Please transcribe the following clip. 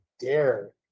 dare